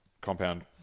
compound